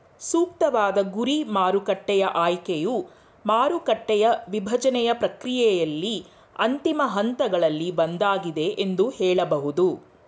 ಸೂಕ್ತವಾದ ಗುರಿ ಮಾರುಕಟ್ಟೆಯ ಆಯ್ಕೆಯು ಮಾರುಕಟ್ಟೆಯ ವಿಭಜ್ನೆಯ ಪ್ರಕ್ರಿಯೆಯಲ್ಲಿ ಅಂತಿಮ ಹಂತಗಳಲ್ಲಿ ಒಂದಾಗಿದೆ ಎಂದು ಹೇಳಬಹುದು